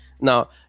now